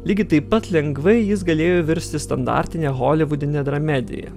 lygiai taip pat lengvai jis galėjo virsti standartine holivudine dramedija